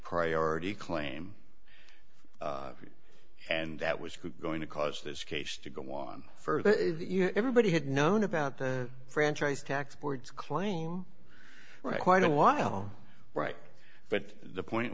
priority claim it and that was going to cause this case to go on further you know everybody had known about the franchise tax board claim right quite a while right but the point